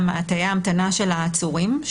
לתאי ההמתנה של העצורים,